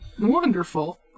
Wonderful